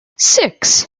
six